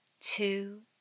two